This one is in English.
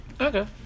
Okay